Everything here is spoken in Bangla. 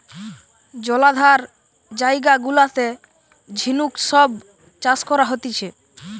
জলাধার জায়গা গুলাতে ঝিনুক সব চাষ করা হতিছে